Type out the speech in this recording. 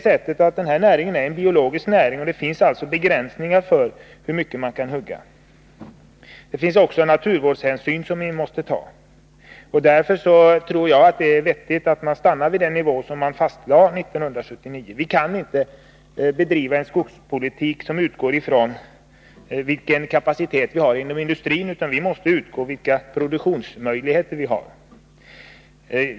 Skogsnäringen är ju en biologisk näring, och det finns alltså begränsningar för hur mycket man kan hugga. Vi måste också ta naturvårdshänsyn. Därför tror jag att det är vettigt att stanna vid den nivå som fastlades 1979. Vi kan inte bedriva en skogspolitik som utgår från den kapacitet vi har inom industrin, utan vi måste utgå från de produktionsmöjligheter vi har.